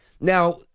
Now